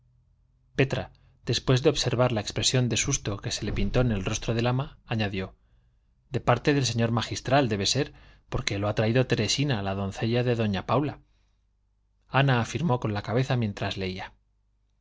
petra después de observar la expresión de susto que se pintó en el rostro del ama añadió de parte del señor magistral debe de ser porque lo ha traído teresina la doncella de doña paula ana afirmó con la cabeza mientras leía